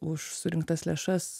už surinktas lėšas